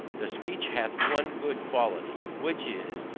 the speech hath one good quality, which is,